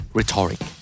Rhetoric